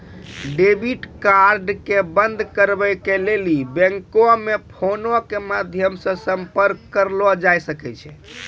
debit card के बंद कराबै के लेली बैंको मे फोनो के माध्यमो से संपर्क करलो जाय सकै छै